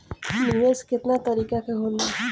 निवेस केतना तरीका के होला?